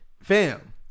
Fam